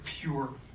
pure